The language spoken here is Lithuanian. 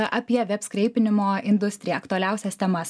apie veb skreipimo industriją aktualiausias temas taps